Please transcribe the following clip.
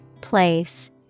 Place